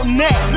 neck